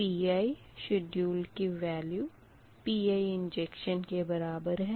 p पर Pi scheduled की value Pi injection के बराबर है